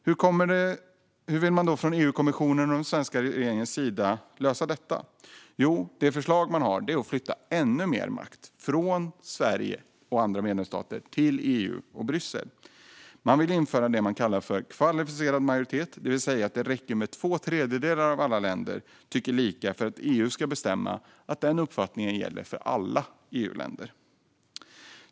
Hur vill man då från EU-kommissionens och den svenska regeringens sida lösa detta? Jo, det förslag som finns är att flytta ännu mer makt från Sverige och andra medlemsstater till EU och Bryssel. Man vill införa det man kallar kvalificerad majoritet, det vill säga att det räcker med att två tredjedelar av alla länder tycker lika för att EU ska bestämma att den uppfattningen gäller för alla EU-länder.